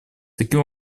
таким